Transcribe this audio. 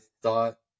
thought